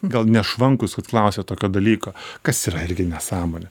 gal nešvankūs kad klausia tokio dalyko kas yra irgi nesąmonė